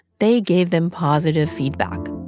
they gave them positive feedback